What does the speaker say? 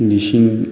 ꯂꯤꯁꯤꯡ